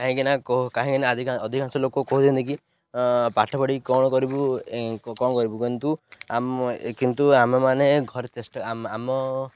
କାହିଁକି ନା କାହିଁକିନା ଆଧିକା ଅଧିକାଂଶ ଲୋକ କହୁଛନ୍ତି କି ପାଠ ପଢ଼ିକି କ'ଣ କରିବୁ କ'ଣ କରିବୁ କିନ୍ତୁ କିନ୍ତୁ ଆମେ ମାନେ ଘରେ ଚେଷ୍ଟା ଆମ